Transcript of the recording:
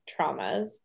traumas